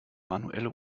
manuelle